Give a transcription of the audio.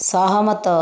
ସହମତ